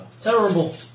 Terrible